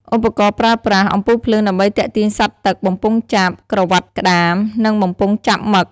ឧបករណ៍ប្រើប្រាស់ អំពូលភ្លើងដើម្បីទាក់ទាញសត្វទឹក បំពង់ចាប់ ក្រវ៉ាត់ក្តាម និងបំពង់ចាប់មឹក។